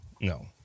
No